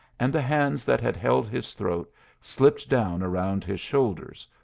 and the hands that had held his throat slipped down around his shoulders,